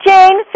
Jane